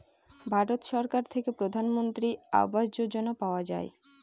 ভারত সরকার থেকে প্রধানমন্ত্রী আবাস যোজনা পাওয়া যায়